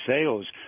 sales